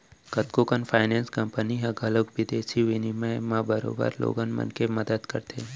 कतको कन finance company मन ह घलौक बिदेसी बिनिमय म बरोबर लोगन मन के मदत करथे